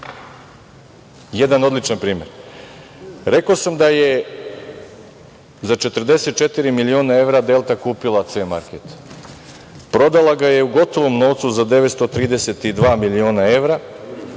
Jedan odličan primer. Rekao sam da je za 44 miliona evra „Delta“ kupila „C market“. Prodala ga je u gotovom novcu za 932 miliona evra